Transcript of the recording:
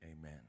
Amen